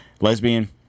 Lesbian